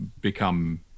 become